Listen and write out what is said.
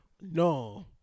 No